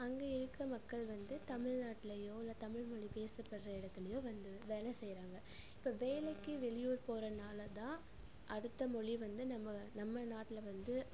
அங்கே இருக்க மக்கள் வந்து தமிழ்நாட்டுலேயோ இல்லை தமிழ் மொழி பேசப்படுகிற எடத்துலேயோ வந்து வேலை செய்கிறாங்க இப்போ வேலைக்கு வெளியூர் போறதுனால தான் அடுத்த மொழி வந்து நம்ம நம்ம நாட்டில் வந்து